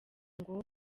ngo